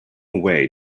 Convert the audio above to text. way